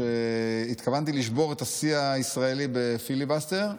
התכוונתי לשבור את השיא הישראלי בפיליבסטר,